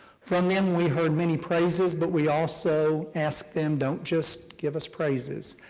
from them we heard many praises, but we also asked them, don't just give us praises,